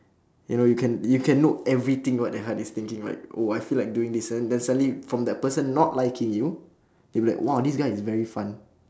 you know you can you can know everything what their heart is thinking right oh I feel like doing this one then suddenly from that person not liking you they will like !whoa! this guy is very fun